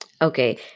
Okay